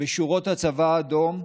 בשורות הצבא האדום,